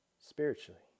spiritually